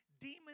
Demon